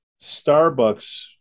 starbucks